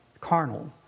carnal